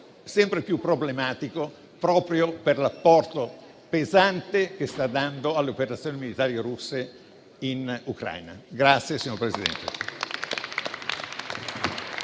sempre più problematico proprio per l'apporto pesante che sta dando alle operazioni militari russe in Ucraina.